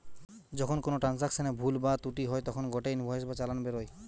যখন কোনো ট্রান্সাকশনে ভুল বা ত্রুটি হই তখন গটে ইনভয়েস বা চালান বেরোয়